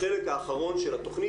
החלק האחרון של התכנית,